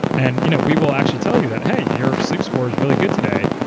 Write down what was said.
and you know we will actually tell you that, hey, your sleep score is really good today.